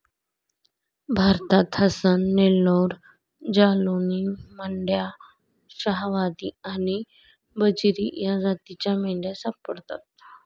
भारतात हसन, नेल्लोर, जालौनी, मंड्या, शाहवादी आणि बजीरी या जातींच्या मेंढ्या सापडतात